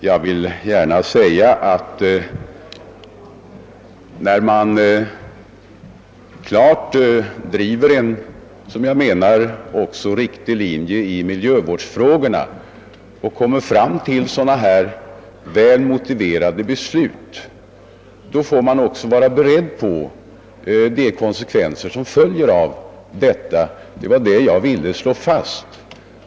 Ja, när man driver en såsom jag menar riktig linje i miljövårdsfrågorna och fattar sådana här väl motiverade beslut får man också vara beredd att ta konsekvenserna.